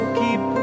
keep